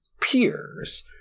peers